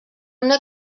una